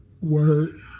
Word